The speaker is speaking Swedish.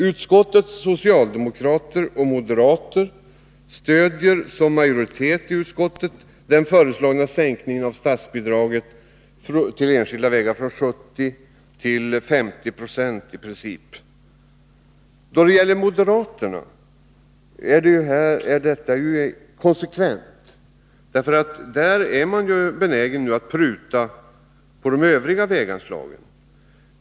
Utskottets majoritet bestående av socialdemokrater och moderater stödjer den föreslagna sänkningen av statsbidraget till enskilda vägar från 70 till i princip 50 20. Det är en konsekvent politik av moderaterna att föreslå en sådan sänkning, eftersom de i övrigt vill pruta på väganslagen.